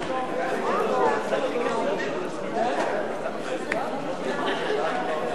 הצעת חוק לתיקון פקודת העדה הדתית